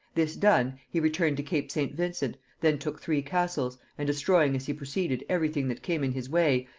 this done, he returned to cape st. vincent then took three castles and destroying as he proceeded every thing that came in his way,